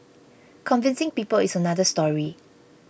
convincing people is another story